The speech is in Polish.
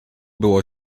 było